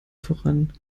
voran